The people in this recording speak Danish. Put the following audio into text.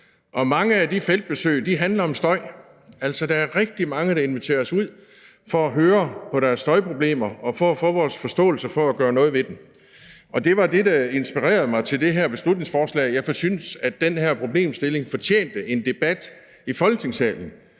Og mange af de feltbesøg handler om støj. Altså, der er rigtig mange, der inviterer os ud, for at vi kan høre om deres støjproblemer, og for at få vores forståelse, så vi kan gøre noget ved dem. Det var det, der inspirerede mig til det her beslutningsforslag. Jeg syntes, den her problemstilling fortjente en debat i Folketingssalen.